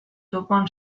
topoan